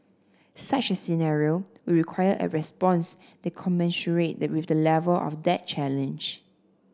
such a scenario would require a response that commensurate with the level of that challenge